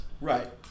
Right